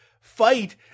fight